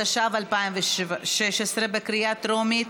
התשע"ו 2016, בקריאה טרומית.